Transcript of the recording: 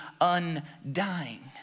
undying